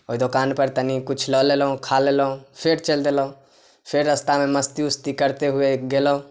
ओइ दोकानपर तनि कुछ लअ लेलहुँ खा लेलहुँ फेर चलि देलहुँ फेर रस्तामे मस्ती उस्ती करते हुए गेलहुँ